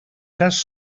task